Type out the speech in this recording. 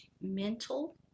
mental